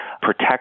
protect